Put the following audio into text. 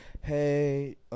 hey